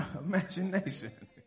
imagination